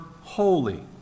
holy